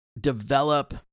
develop